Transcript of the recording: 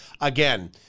again